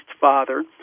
father